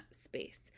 space